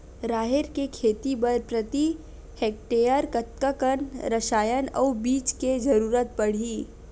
राहेर के खेती बर प्रति हेक्टेयर कतका कन रसायन अउ बीज के जरूरत पड़ही?